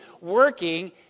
working